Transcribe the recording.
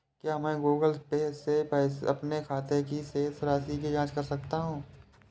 क्या मैं Google pay से अपने खाते की शेष राशि की जाँच कर सकता हूँ?